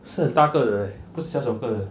是很大哥的不是小小个的